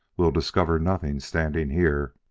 we'll discover nothing standing here.